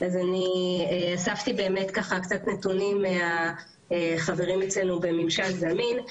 אז אני אספתי באמת ככה קצת נתונים מהחברים אצלנו בממשל זמין.